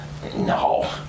No